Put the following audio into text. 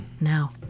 now